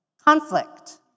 conflict